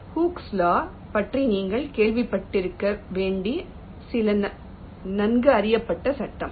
hooks law Hook's law பற்றி நீங்கள் கேள்விப்பட்டிருக்க வேண்டிய சில நன்கு அறியப்பட்ட சட்டம்